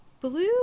Blue